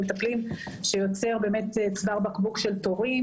שיוצר צוואר בקבוק של תורים.